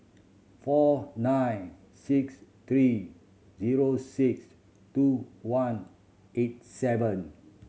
four nine six three zero six two one eight seven